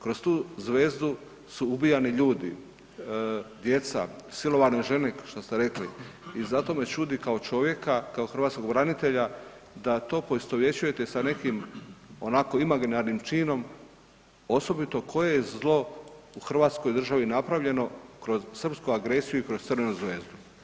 Kroz tu zvezdu su ubijani ljudi, djeca, silovane žene, što ste rekli i zato me čudi kao čovjeka, kao hrvatskog branitelja, da to poistovjećujete sa nekim onako, imaginarnim činom, osobito koje zlo u hrvatskoj državi napravljeno kroz srpsku agresiju i kroz crvenu zvezdu.